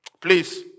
Please